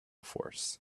force